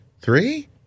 Three